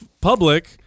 public